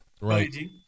Right